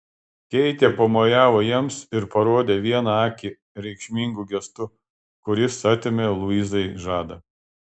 keitė pamojavo jiems ir parodė vieną akį reikšmingu gestu kuris atėmė luizai žadą